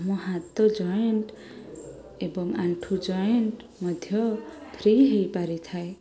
ଆମ ହାତ ଜଏଣ୍ଟ ଏବଂ ଆଣ୍ଠୁ ଜଏଣ୍ଟ ମଧ୍ୟ ଫ୍ରି ହେଇପାରିଥାଏ